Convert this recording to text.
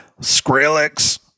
Skrillex